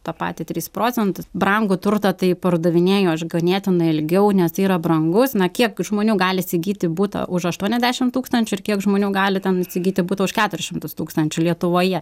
tą patį trys procentus brangų turtą tai pardavinėju aš ganėtinai ilgiau nes tai yra brangus na kiek žmonių gali įsigyti butą už aštuoniasdešim tūkstančių ir kiek žmonių gali ten įsigyti butą už keturis šimtus tūkstančių lietuvoje